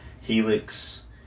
Helix